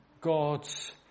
God's